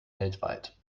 weltweit